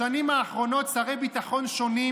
בשנים האחרונות שרי ביטחון שונים